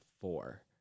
four